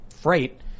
freight